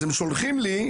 אז הם שולחים לי,